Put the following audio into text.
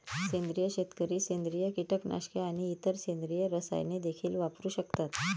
सेंद्रिय शेतकरी सेंद्रिय कीटकनाशके आणि इतर सेंद्रिय रसायने देखील वापरू शकतात